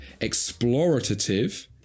explorative